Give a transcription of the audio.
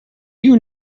you